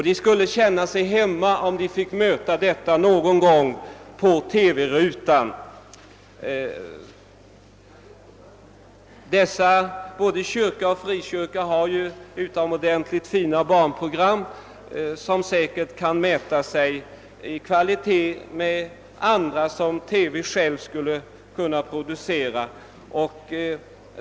De skulle känna sig hemma om de någon gång fick: möta den verksamheten på TV-rutan. Både kyrka och frikyrka har utomordentligt fina barnprogram som i kvalité säkert kan mätas med program som TV själv kan producera.